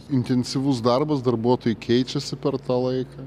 intensyvus darbas darbuotojai keičiasi per tą laiką